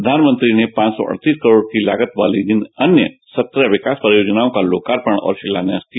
प्रधानमंत्री ने पांच सौ अड़तीस करोड़ की लागत वाली इन सत्रह विकास परियोजनाओं का लोकार्पण और शिलान्यास किया